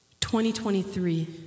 2023